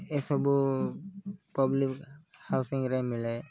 ଏସବୁ ପବ୍ଲିକ୍ ହାଉସିଂରେ ମିଳେ